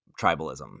tribalism